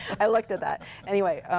i looked at that. anyway,